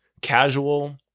casual